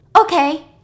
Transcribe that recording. Okay